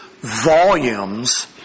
volumes